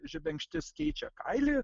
žebenkštis keičia kailį